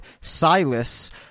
silas